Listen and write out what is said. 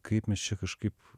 kaip mes čia kažkaip